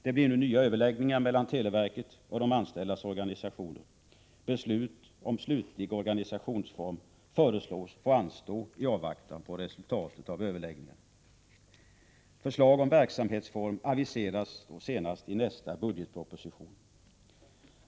Det blir nu nya överläggningar mellan televerket och de anställdas organisationer. Beslut om slutlig organisationsform föreslås få anstå i avvaktan på resultatet av överläggningarna. Förslag om verksamhetsform aviseras senast i nästa budgetproposition.